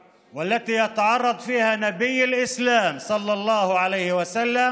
ביטחון, רחמים ושלום